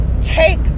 take